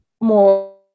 more